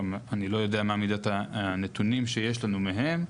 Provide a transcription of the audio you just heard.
אני גם לא יודע מה מידת הנתונים שיש לנו מהם.